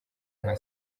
nka